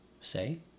say